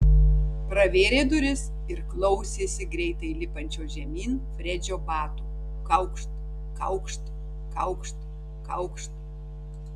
pravėrė duris ir klausėsi greitai lipančio žemyn fredžio batų kaukšt kaukšt kaukšt kaukšt